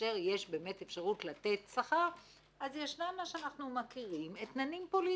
כאשר יש אפשרות לתת שכר אז ישנם מה שאנחנו מכירים אתננים פוליטיים.